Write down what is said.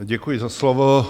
Děkuji za slovo.